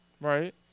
Right